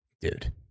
Dude